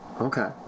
okay